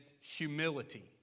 humility